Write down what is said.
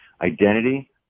Identity